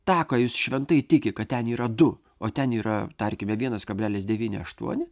tą ką jis šventai tiki kad ten yra du o ten yra tarkime vienas kablelis devyni aštuoni